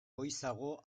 goizago